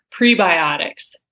prebiotics